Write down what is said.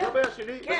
זה הבעיה שלי?